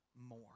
more